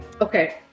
Okay